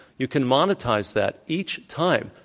you can monetize that each time,